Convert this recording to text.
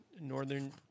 northern